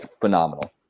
phenomenal